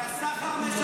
כי ההצעה כבר, למה?